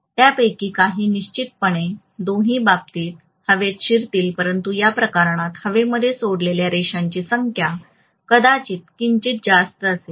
त्यापैकी काही निश्चितपणे दोन्ही बाबतीत हवेत शिरतील परंतु या प्रकरणात हवेमध्ये सोडलेल्या रेषांची संख्या कदाचित किंचित जास्त असेल